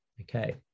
okay